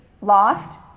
lost